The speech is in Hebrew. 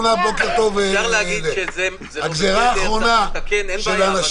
אפשר להגיד שזה לא בסדר וצריך לתקן, אין בעיה.